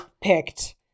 picked